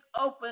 open